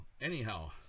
anyhow